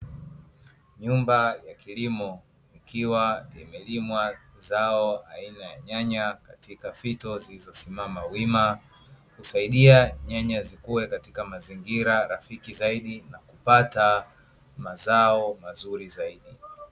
Nyumba ya kilimo ikiwa imelimwa zao aina ya nyanya katika fito zilizosimama wima, husaidia nyanya zikue katika mazingira rafiki zaidi na kupata mazao mazuri zaidi.